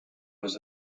was